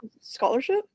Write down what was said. scholarship